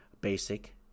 basic